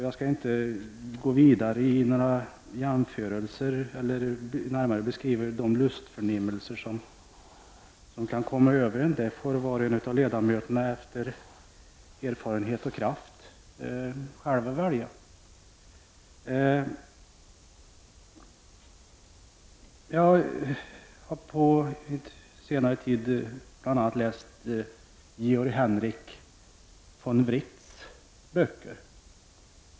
Jag skall inte gå vidare i några jämförelser eller närmare beskriva de lustförnimmelser som kan komma över en, det får var och en av ledamöterna efter erfarenheter och kraft själva göra. Jag har på senare tid läst bl.a. Georg Henrik von Wrights böcker.